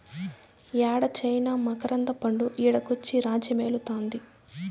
యేడ చైనా మకరంద పండు ఈడకొచ్చి రాజ్యమేలుతాంది